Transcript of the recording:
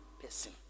person